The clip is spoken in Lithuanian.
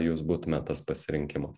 jūs būtumėt tas pasirinkimas